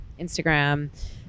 Instagram